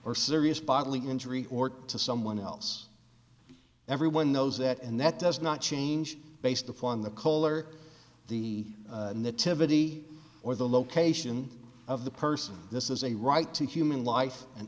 or serious bodily injury or to someone else everyone knows that and that does not change based upon the color the nativity or the location of the person this is a right to human life and